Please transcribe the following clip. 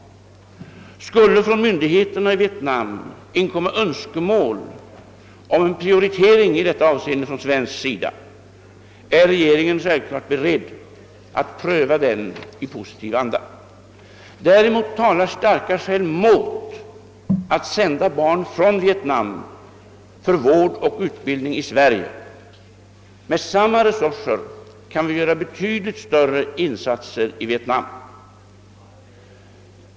Skulle från myndigheterna i Vietnam inkomma önskemål om en prioritering i detta avseende från svensk sida, är regeringen självfallet beredd att pröva detta i positiv anda. Däremot talar starka skäl mot att sända barn från Vietnam för vård och utbildning i Sverige. Med samma resurser kan vi göra betydligt större insatser i Vietnam.